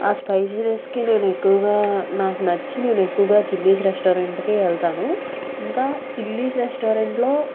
ఆ స్పైసీనెస్ నేను ఎక్కువగా నాకు నచ్చని నేను ఎక్కువగా చిల్లీస్ రెస్టారెంట్కే వెళ్తాను ఇంకా చిల్లీస్ రెస్టారెంట్లో